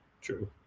True